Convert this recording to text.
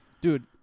Dude